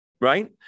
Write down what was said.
right